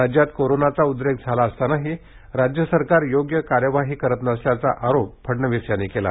राज्यात कोरोनाचा उद्रेक झाला असतानाही राज्य सरकार योग्य कार्यवाही करत नसल्याचा आरोप फडणवीस यांनी केला